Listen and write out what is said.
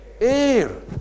air